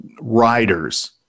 riders